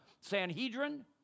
Sanhedrin